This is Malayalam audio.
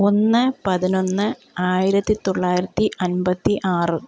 ഒന്ന് പതിനൊന്ന് ആയിരത്തിത്തൊള്ളായിരത്തി അൻപത്തിയാറ്